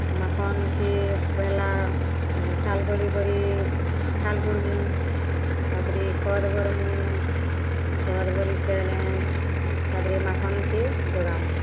ମାଖନ୍କେ ପହେଲା ଖାଲ୍ କରି କରି ଖାଲ୍ କୁଡ଼୍ମୁ ତା'ପରେ ଖତ୍ ଭର୍ମୁ ଖତ୍ ଭରି ସେଲେ ତା'ପରେ ମାଖନ୍କେ ଜଗାମୁ